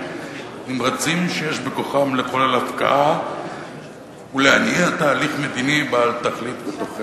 נמרצים שיש בכוחם לחולל הבקעה ולהניע תהליך מדיני בעל תכלית ותוחלת.